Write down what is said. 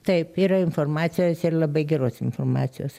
taip yra informacijos ir labai geros informacijos